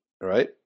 right